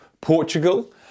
Portugal